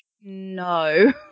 no